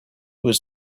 was